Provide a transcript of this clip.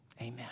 amen